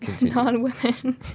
Non-women